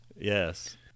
Yes